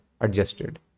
adjusted